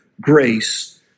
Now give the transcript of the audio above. grace